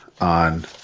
on